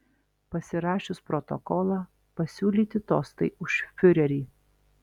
pasirašius protokolą pasiūlyti tostai už fiurerį